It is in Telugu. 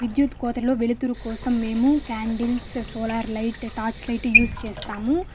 విద్యుత్ కోతలో వెలుతురు కోసం మేము candles solar light torchlight use చేస్తాము